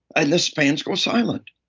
and the so fans go silent.